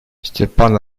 степан